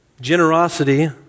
Generosity